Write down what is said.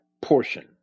portion